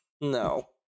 No